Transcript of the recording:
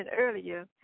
earlier